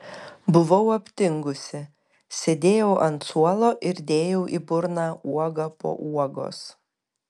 buvau aptingusi sėdėjau ant suolo ir dėjau į burną uogą po uogos